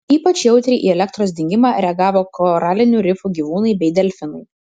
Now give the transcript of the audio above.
ypač jautriai į elektros dingimą reagavo koralinių rifų gyvūnai bei delfinai